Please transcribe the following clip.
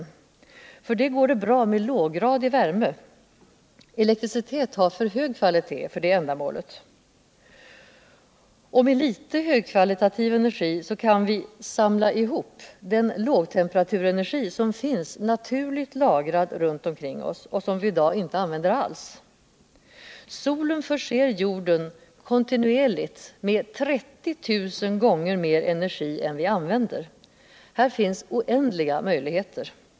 I det fallet går det bra med låggradig värme. Elektricitet har för hög kvalitet för det ändamålet. Och med litet högkvalitativ energi kan vi ”samla ihop” den lågtemperaturenergi som finns naturligt lagrad runt omkring oss och som vi i dag inte använder alls. Solen förser jorden kontinuerligt med 30 000 gånger mer energi än vi använder. Här finns oändliga möjligheter.